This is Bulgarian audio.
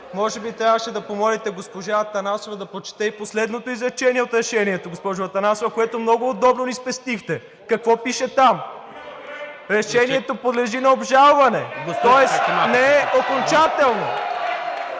може би трябваше да помолите госпожа Атанасова да прочете и последното изречение от решението, госпожо Атанасова, което много удобно ни спестихте. Какво пише там? (Реплики.) Решението подлежи на обжалване. (Силен шум и възгласи